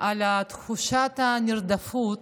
על תחושת הנרדפות.